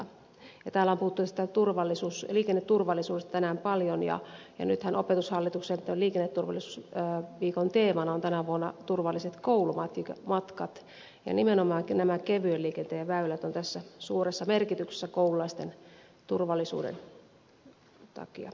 täällä on puhuttu tästä liikenneturvallisuudesta tänään paljon ja nythän opetushallituksen liikenneturvallisuusviikon teemana on tänä vuonna turvalliset koulumatkat ja nimenomaan nämä kevyen liikenteen väylät ovat tässä suuressa merkityksessä koululaisten turvallisuuden takia